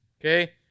Okay